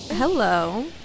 Hello